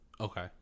okay